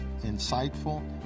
insightful